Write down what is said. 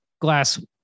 glass